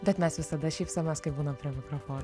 bet mes visada šypsomės kai būnam prie mikrofono